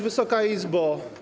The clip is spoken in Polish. Wysoka Izbo!